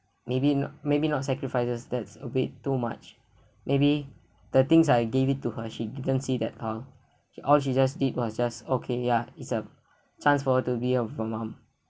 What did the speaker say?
maybe not maybe not sacrifices that away too much maybe the things I gave it to her and she didn't see that uh she all she just did was just okay ya is a chance for her to be with her mum